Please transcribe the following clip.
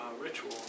ritual